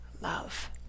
love